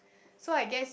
so I guess